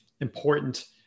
important